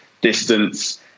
distance